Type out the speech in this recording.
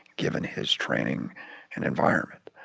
given his training and environment.